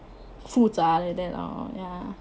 复杂 like that lor ya